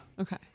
Okay